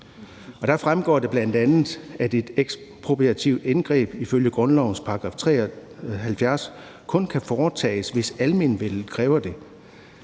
Der fremgår det bl.a., at et ekspropriativt indgreb ifølge grundlovens § 73 kun kan foretages, hvis almenvellet kræver det,